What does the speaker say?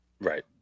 right